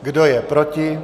Kdo je proti?